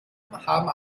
haben